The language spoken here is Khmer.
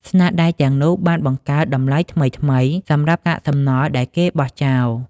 ស្នាដៃទាំងនោះបានបង្កើតតម្លៃថ្មីៗសម្រាប់កាកសំណល់ដែលគេបោះចោល។